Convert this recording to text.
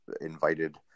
invited